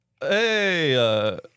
Hey